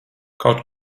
kaut